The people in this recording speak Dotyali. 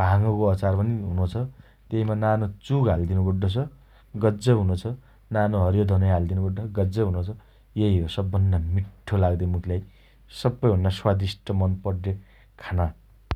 भाङको अचार पन हुनोछ । तेइमा नानो चुक हालिदिनो पड्डो छ । गज्जब हुनो छ । नानो हरियो धनिया हाल्दिनो पड्डो छ गज्जब हुनो छ । यही हो सबभन्ना मिठो लाग्दे मुखीलाई सप्पैभन्ना स्वादिस्ट मन पड्डे खाना ।